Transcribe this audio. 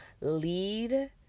lead